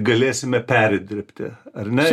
galėsime perdirbti ar ne